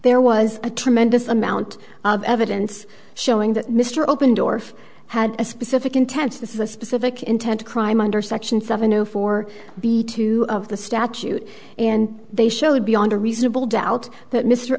there was a tremendous amount of evidence showing that mr open door had a specific intent this is a specific intent crime under section seven zero four two of the statute and they showed beyond a reasonable doubt that mr